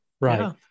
Right